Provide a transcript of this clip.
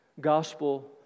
gospel